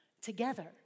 together